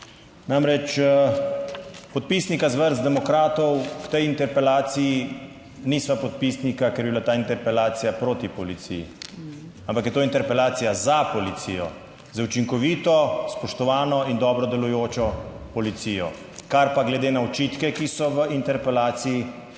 Namreč podpisnika iz vrst demokratov k tej interpelaciji nisva podpisnika, ker bi bila ta interpelacija proti policiji, ampak je to interpelacija za policijo, za učinkovito, spoštovano in dobro delujočo policijo, kar pa glede na očitke, ki so v interpelaciji